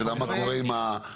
השאלה היא מה קורה עם ה-Facilities.